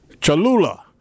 Cholula